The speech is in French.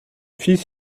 fils